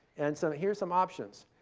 and so here's some options.